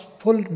full